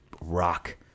rock